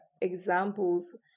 examples